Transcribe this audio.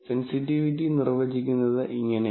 sensitivity നിർവചിക്കുന്നത് ഇങ്ങനെയാണ്